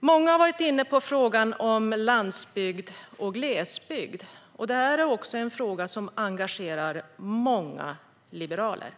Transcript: Många har varit inne på frågan om landsbygd och glesbygd. Det är en fråga som engagerar många liberaler.